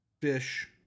fish